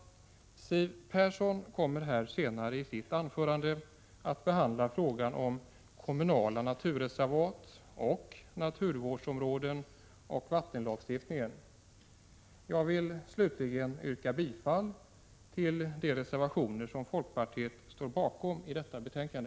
Siw Persson kommer i sitt anförande att behandla frågan om kommunala naturreservat och naturvårdsområden liksom vattenlagstiftningen. Jag vill slutligen yrka bifall till de reservationer som folkpartiet står bakom i detta betänkande.